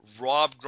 Rob